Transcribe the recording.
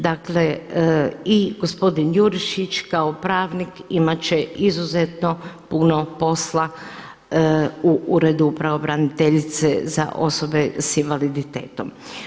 Dakle i gospodin Jurišić, kao pravnik imat će izuzetno puno posla u Uredu pravobraniteljice za osobe s invaliditetom.